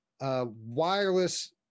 wireless